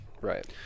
Right